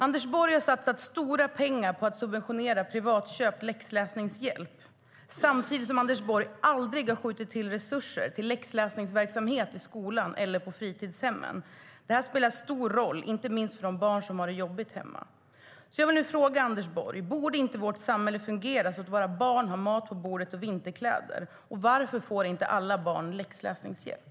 Anders Borg har satsat stora pengar på att subventionera privatköpt läxläsningshjälp, samtidigt som Anders Borg aldrig har skjutit till resurser till läxläsningsverksamhet i skolan eller på fritidshemmen. Det spelar stor roll inte minst för de barn som har det jobbigt hemma. Jag vill nu fråga Anders Borg: Borde inte vårt samhälle fungera så att våra barn har mat på bordet och vinterkläder? Varför får inte alla barn läxläsningshjälp?